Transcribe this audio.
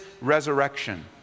resurrection